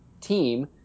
team